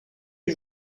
les